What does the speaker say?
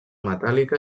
metàl·lica